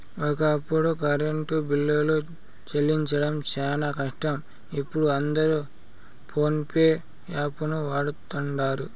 ఒకప్పుడు కరెంటు బిల్లులు సెల్లించడం శానా కష్టం, ఇపుడు అందరు పోన్పే యాపును వాడతండారు